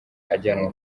ajyanwa